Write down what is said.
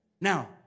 Now